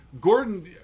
gordon